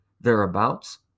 thereabouts